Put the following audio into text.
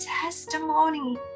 testimony